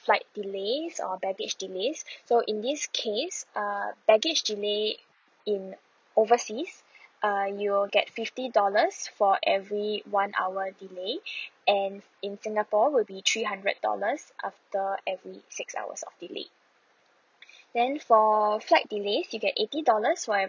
flight delays or baggage delays so in this case uh baggage delay in overseas uh you will get fifty dollars for every one hour delay and in singapore will be three hundred dollars after every six hours of delay then for flight delays you get eighty dollars for